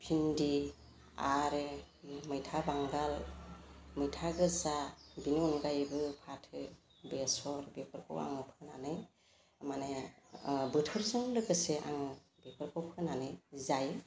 भिन्दि आरो मैथा बांगाल मैथा गोजा बिनि अनगायैबो फाथो बेसर बेफोरखौ आङो फोनानै माने बोथोरजों लोगोसे आङो बिफोरखौ फोनानै जायो